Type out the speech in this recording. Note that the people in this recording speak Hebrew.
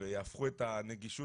ויהפכו את הנגישות,